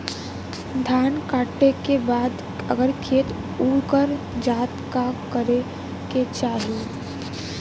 धान कांटेके बाद अगर खेत उकर जात का करे के चाही?